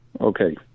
okay